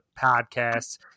podcasts